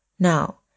Now